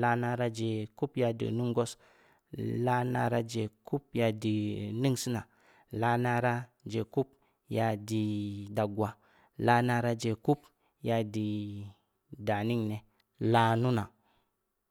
laa naraa je kub ya di nungwas, laa naraa je kub ya di ningsiina, laa naraa je kub ya di daggwaa, laa naraa je kub ya di daningne, laa nunaa.